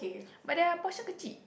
but their portion kecil